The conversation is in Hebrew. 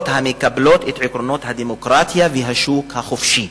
המקבלות את עקרונות הדמוקרטיה והשוק החופשי.